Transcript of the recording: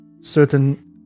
certain